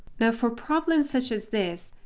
now, for problems such as this,